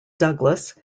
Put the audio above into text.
douglas